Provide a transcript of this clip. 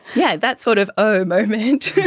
yeah that sort of oh moment.